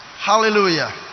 Hallelujah